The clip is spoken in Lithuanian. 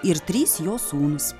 ir trys jo sūnūs